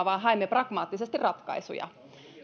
vaan haemme pragmaattisesti ratkaisuja